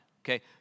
Okay